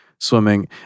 swimming